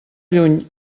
lluny